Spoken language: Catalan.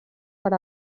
per